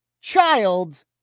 child